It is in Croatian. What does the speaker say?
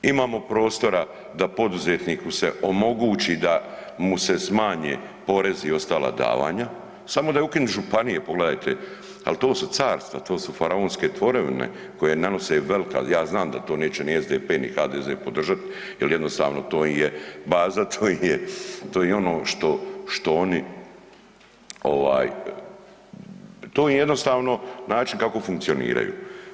Imamo prostora da poduzetniku se omogući da mu se smanje porezi i ostala davanja, samo da je ukinut županije, pogledajte, al to su carstva, to su faraonske tvorevine koje nanose velika, ja znam da to neće ni SDP, ni HDZ podržat jel jednostavno to im je baza, to im je, to im je ono što, što oni ovaj, to je jednostavno način kako funkcioniraju.